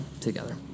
together